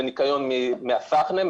לניקיון מהסחנה,